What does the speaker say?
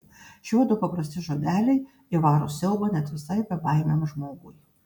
šiuodu paprasti žodeliai įvaro siaubą net visai bebaimiam žmogui